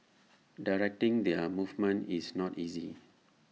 directing their movement is not easy